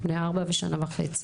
בני ארבע ושנה וחצי.